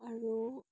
আৰু